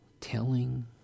Telling